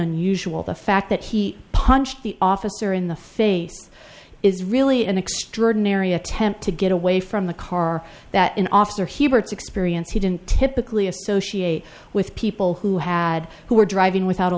unusual the fact that he punched the officer in the safe is really an extraordinary attempt to get away from the car that an officer hiebert experience he didn't typically associate with people who had who were driving without a